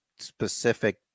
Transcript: specific